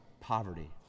poverty